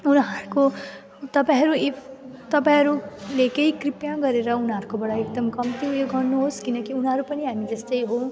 उनीहरूको तपाईँहरू इफ तपाईँहरूले केही कृपया गरेर उनीहरूकोबाट एकदम कम्ती उयो गर्नुहोस् किनकि उनीहरू पनि हामी जस्तै हो